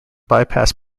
bypass